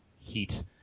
heat